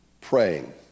praying